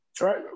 right